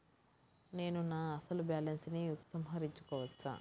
నేను నా అసలు బాలన్స్ ని ఉపసంహరించుకోవచ్చా?